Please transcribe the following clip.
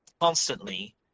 constantly